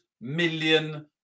million